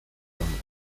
londres